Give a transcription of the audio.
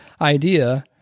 idea